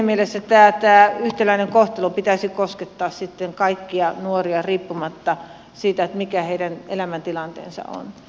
siinä mielessä tämän yhtäläisen kohtelun pitäisi koskettaa kaikkia nuoria riippumatta siitä mikä heidän elämäntilanteensa on